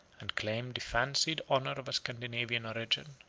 and claimed the fancied honor of a scandinavian origin.